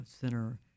Center